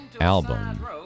album